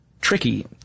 tricky